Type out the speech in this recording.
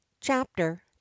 Chapter